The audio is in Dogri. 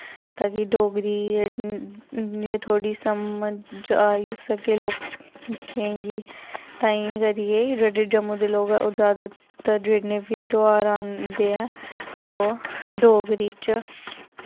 ता कि डोगरी थोह्ड़ी समझ आई सकै लोकें गी तांई करियै जेह्ड़े जम्मू दे लोग ऐ ओह् जैदातर जिन्ने बी तेहार आंदे ऐ ओह् डोगरी च